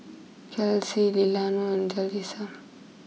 Kelsi Delano and Jalisa